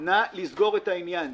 נא לסגור את העניין.